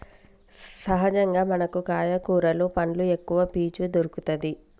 సహజంగా మనకు కాయ కూరలు పండ్లు ఎక్కవ పీచు దొరుకతది